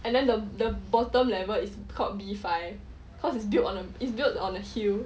and then the the bottom level is called B five cause is built on a is built on a hill